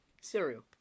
Cereal